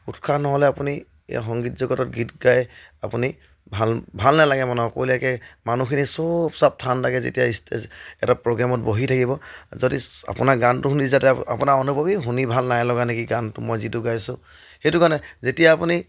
উৎসাহ নহ'লে আপুনি সংগীত জগতত গীত গাই আপুনি ভাল ভাল নালাগে মানে অকলশৰীয়াকৈ মানুহখিনি চুপচাপ ঠাণ্ডাকৈ যেতিয়া ষ্টেজ এটা প্ৰগ্ৰেমত বহি থাকিব যদি আপোনাৰ গানটো শুনি যাতে আপোনাৰ অনুভৱ এই শুনি ভাল নাই লগা নেকি গানটো মই যিটো গাইছোঁ সেইটো কাৰণে যেতিয়া আপুনি